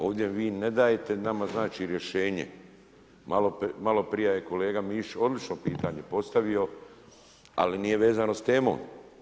Ovdje vi ne dajete nama rješenje, maloprije je kolega Mišić odlično pitanje postavio, ali nije vezano s temom.